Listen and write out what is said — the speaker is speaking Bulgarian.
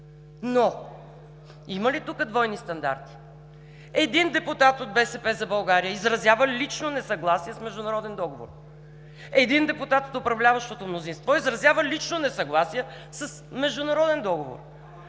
но има ли тук двойни стандарти? Един депутат от „БСП за България“ изразява лично несъгласие с международен договор. Един депутат от управляващото мнозинство изразява лично несъгласие с международен договор.